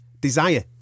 desire